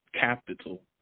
capital